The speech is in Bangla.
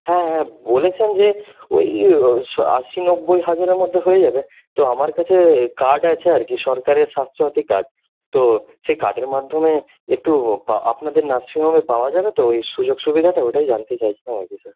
হ্যাঁ হ্যাঁ বলেছেন যে ওই আশি নব্বই হাজারের মধ্যে হয়ে যাবে তো আমার কাছে কার্ড আছে আর কি সরকারের স্বাস্থ্য সাথী কার্ড তো সেই কার্ডের মাধ্যমে একটু আপনাদের নার্সিং হোমে পাওয়া যাবে তো ওই সুযোগ সুবিধাটা ওটাই জানতে চাইছিলাম আর কি স্যার